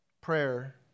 prayer